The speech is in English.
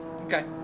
Okay